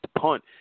punt